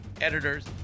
editors